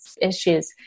issues